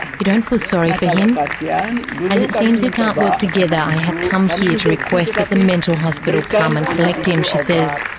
you don't feel sorry for him? but yeah as it seems we yeah can't work together i have come here to request that the mental hospital come and collect him, she says.